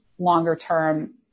longer-term